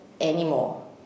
anymore